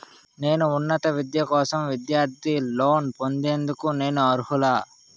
నా ఉన్నత విద్య కోసం విద్యార్థి లోన్ పొందేందుకు నేను అర్హులా?